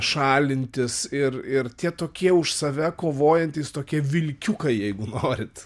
šalintis ir ir tie tokie už save kovojantys tokie vilkiukai jeigu norit